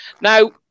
Now